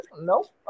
Nope